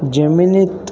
जमिनीत